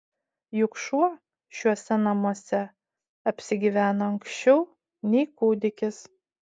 juk šuo šiuose namuose apsigyveno anksčiau nei kūdikis